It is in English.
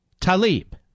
Talib